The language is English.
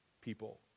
people